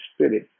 Spirit